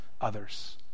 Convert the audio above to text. others